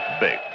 big